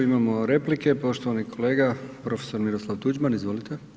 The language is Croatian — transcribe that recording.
Imamo replike, poštovani kolega prof. Miroslav Tuđman, izvolite.